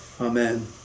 Amen